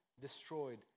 destroyed